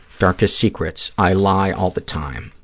darkest secrets. i lie all the time.